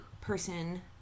person